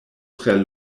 tre